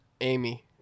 Amy